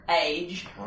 age